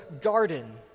garden